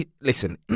listen